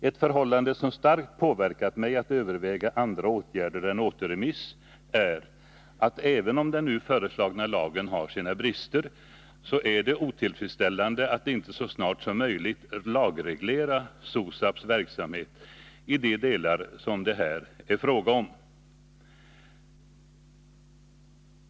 Ett förhållande som starkt påverkat mig att överväga andra åtgärder än återremiss är att även om den nu föreslagna lagne har sina brister, är det otillfredsställande att inte så snart som möjligt lagreglera SOSAB:s verksamhet i de delar som det här är fråga om.